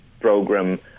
program